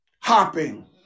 hopping